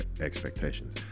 expectations